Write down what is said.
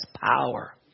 power